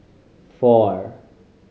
four